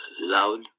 loud